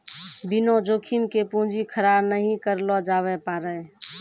बिना जोखिम के पूंजी खड़ा नहि करलो जावै पारै